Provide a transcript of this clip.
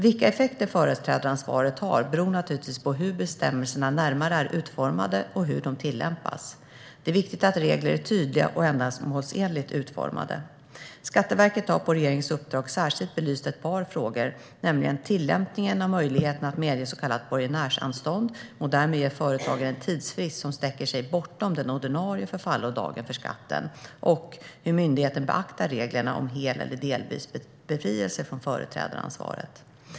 Vilka effekter företrädaransvaret har beror naturligtvis på hur bestämmelserna närmare är utformade och hur de tillämpas. Det är viktigt att regler är tydligt och ändamålsenligt utformade. Skatteverket har på regeringens uppdrag särskilt belyst ett par frågor, nämligen tillämpningen av möjligheten att medge så kallat borgenärsanstånd och därmed ge företaget en tidsfrist som sträcker sig bortom den ordinarie förfallodagen för skatten och hur myndigheten beaktar reglerna om hel eller delvis befrielse från företrädaransvaret.